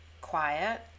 quiet